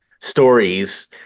stories